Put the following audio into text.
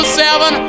seven